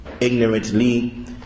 ignorantly